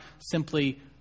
simply